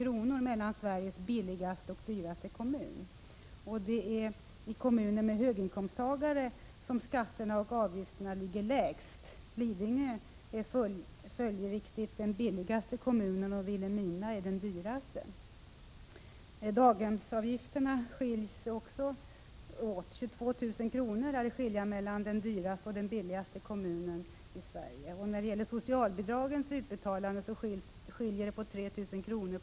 i kommunalskatt mellan Sveriges billigaste och dyraste kommun. Det är i kommuner med höginkomsttagare som skatterna och avgifterna är lägst. Lidingö är följdriktigt den billigaste kommunen och Vilhelmina den dyraste. Även i fråga om daghemsavgifterna är skillnaderna stora. Skillnaden per år lär vara 22 000 kr. mellan den dyraste och den billigaste kommunen i Sverige. Skillnaden i socialbidrag till tvåbarnsfamiljer är 3 000 kr.